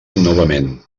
novament